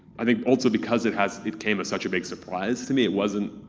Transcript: i think also because it has. it came as such a big surprise to me, it wasn't.